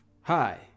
hi